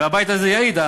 והבית הזה יעיד,